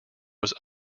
was